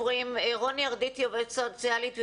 רוני ארדיטי, עובדת סוציאלית.